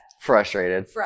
frustrated